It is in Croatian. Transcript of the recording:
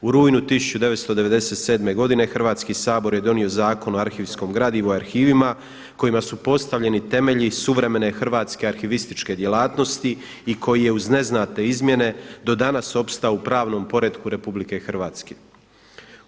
U rujnu 1997. godine Hrvatski sabor je donio Zakon o arhivskom gradivu i arhivima kojima su postavljeni temelji suvremene hrvatske arhivističke djelatnosti i koji je uz neznatne izmjene do danas opstao u pravnom poretku Republike Hrvatske.